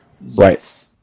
Right